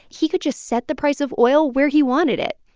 he could just set the price of oil where he wanted it.